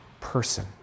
person